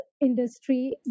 industry